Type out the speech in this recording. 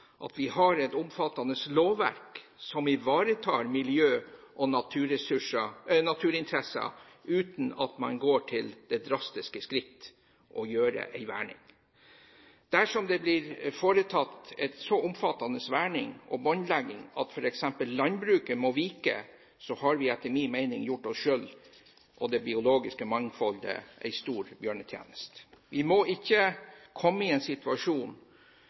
at vi har et omfattende lovverk som ivaretar miljø- og naturinteresser uten at man går til det drastiske skritt å verne. Dersom det blir foretatt en så omfattende verning og båndlegging at f.eks. landbruket må vike, har vi etter min mening gjort oss selv og det biologiske mangfoldet en stor bjørnetjeneste. Vi må ikke komme i en situasjon